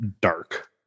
dark